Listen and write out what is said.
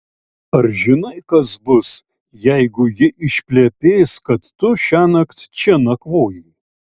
ar žinai kas bus jeigu ji išplepės kad tu šiąnakt čia nakvojai